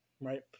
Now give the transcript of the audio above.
right